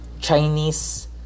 Chinese